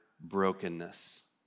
brokenness